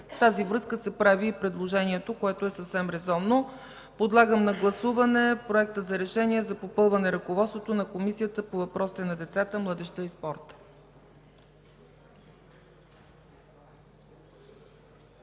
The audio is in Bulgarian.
В тази връзка се прави предложението, което е съвсем резонно. Подлагам на гласуване Проекта за решение за попълване ръководството на Комисията по въпросите на децата, младежта и спорта.